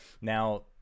Now